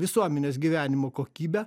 visuomenės gyvenimo kokybę